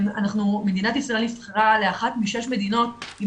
מדינת ישראל נבחרה לאחת מ-66 מדינות עם